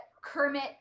Kermit